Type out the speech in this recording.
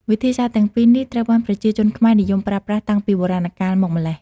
វិធីសាស្ត្រទាំងពីរនេះត្រូវបានប្រជាជនខ្មែរនិយមប្រើប្រាស់តាំងពីបុរាណកាលមកម្ល៉េះ។